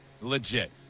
legit